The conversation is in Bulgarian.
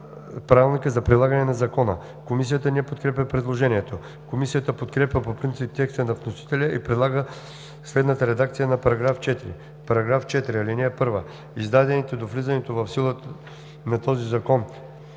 правилника за прилагане на закона“.“ Комисията не подкрепя предложението. Комисията подкрепя по принцип текста на вносителя и предлага следната редакция на § 4: „§ 4. (1) Издадените до влизането в сила на този закон